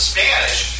Spanish